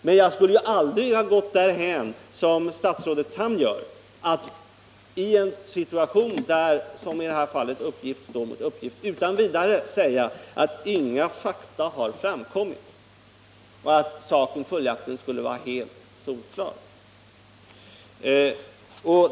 Men jag skulle aldrig ha gått så långt som statsrådet Tham gör i en situation där uppgift står mot uppgift — som i det här fallet — att jag utan vidare sagt att inga fakta har framkommit och att saken följaktligen skulle vara helt solklar.